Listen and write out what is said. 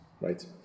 right